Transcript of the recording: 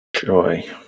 Joy